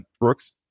Brooks